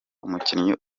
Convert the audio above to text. umukinnyi